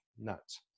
nuts